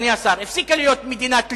ישראל הפסיקה להיות מדינת לאום.